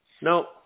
No